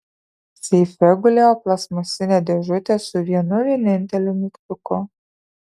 seife gulėjo plastmasinė dėžutė su vienu vieninteliu mygtuku